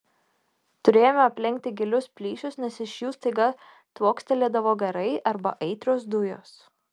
turėjome aplenkti gilius plyšius nes iš jų staiga tvokstelėdavo garai arba aitrios dujos